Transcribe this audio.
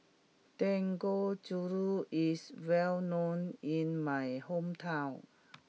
Dangojiru is well known in my hometown